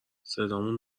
صدامون